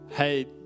Hey